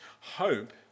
hope